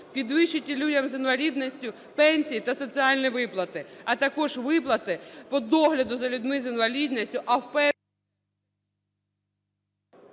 підвищити людям з інвалідністю пенсії та соціальні виплати, а також виплати по догляду за людьми з інвалідністю, а в...